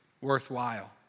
worthwhile